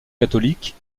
catholiques